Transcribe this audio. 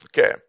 Okay